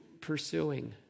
pursuing